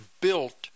built